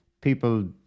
People